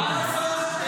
מה לעשות?